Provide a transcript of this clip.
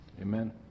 Amen